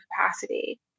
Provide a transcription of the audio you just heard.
capacity